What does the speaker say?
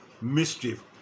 mischief